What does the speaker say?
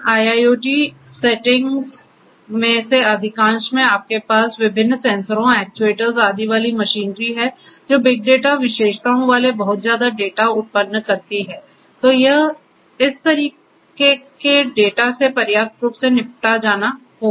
इन IIoTs settings में से अधिकांश में आपके पास विभिन्न सेंसरों एक्ट्यूएटर्स आदि वाली मशीनरी है जो बिग डेटा विशेषताओं वाले बहुत ज्यादा डाटा उत्पन्न करती है तो इस तरह के डेटा से पर्याप्त रूप से निपटा जाना होगा